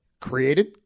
created